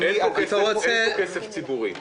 זה משהו שהוא צורך קיומי עבור המון המון חולים.